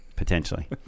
Potentially